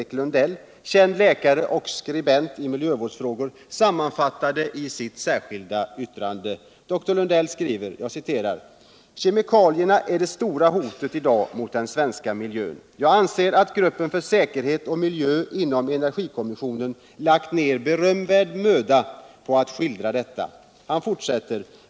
”Kemikalierna är det stora hotet idag mot den svenska miljön. Jag anser att gruppen för säkerhet och miljö inom energikommissionen lagt ned berömvärd möda på att skildra detta.